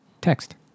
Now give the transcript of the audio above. text